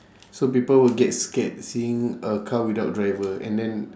so people will get scared seeing a car without driver and then